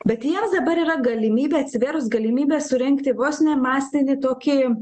bet jiems dabar yra galimybė atsivėrus galimybė surengti vos ne masinį tokį